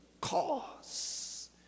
cause